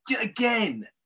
again